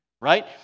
right